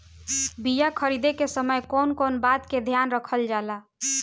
बीया खरीदे के समय कौन कौन बात के ध्यान रखल जाला?